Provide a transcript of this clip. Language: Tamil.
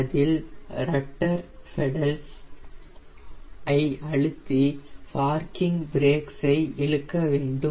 அதற்கு ரட்டர் பெடல்ஸ் ஐ அழுத்தி பார்க்கிங் பிரேக்ஐ இழுக்க வேண்டும்